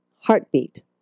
heartbeat